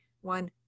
one